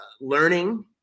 learning